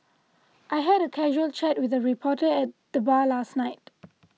I had a casual chat with a reporter at the bar last night